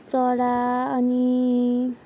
चरा अनि